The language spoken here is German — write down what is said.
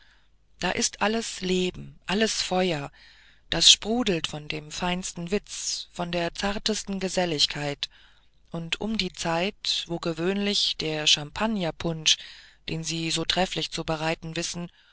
da ist alles leben alles feuer das sprudelt von dem feinsten witz von der zartesten geselligkeit und um die zeit wo gewöhnlich der champagnerpunsch den sie so trefflich zu bereiten wissen